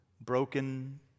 broken